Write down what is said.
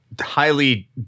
highly